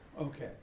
Okay